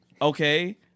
Okay